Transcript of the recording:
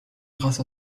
grâce